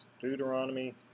Deuteronomy